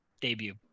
debut